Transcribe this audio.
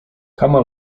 kama